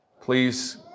Please